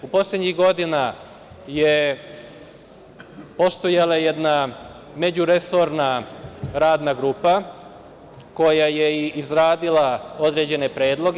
U poslednjih godina je postojala jedna međuresorna radna grupa koja je izradila određene predloge.